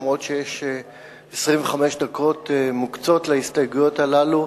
אף ש-25 דקות מוקצות להסתייגויות הללו,